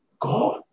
God